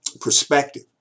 perspective